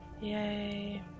Yay